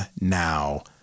now